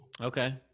Okay